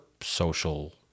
social